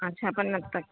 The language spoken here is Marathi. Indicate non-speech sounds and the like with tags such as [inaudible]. अच्छा पण [unintelligible]